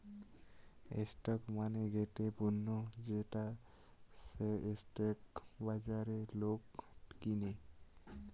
stock মানে গটে পণ্য যেটা স্টক বাজারে লোক কিনে